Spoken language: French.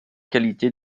qualité